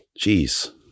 Jeez